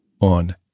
on